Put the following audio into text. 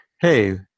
hey